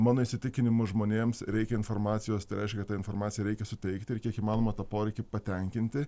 mano įsitikinimu žmonėms reikia informacijos tai reiškia kad tą informaciją reikia suteikti ir kiek įmanoma tą poreikį patenkinti